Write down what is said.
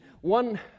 one